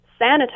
sanitize